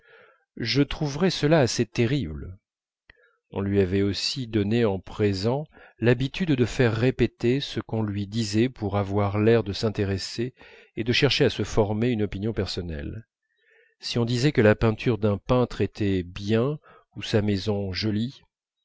je trouverais cela assez terrible on lui avait aussi donné en présent l'habitude de faire répéter ce qu'on disait pour avoir l'air de s'intéresser et de chercher à se former une opinion personnelle si on disait que la peinture d'un peintre était bien ou sa maison jolie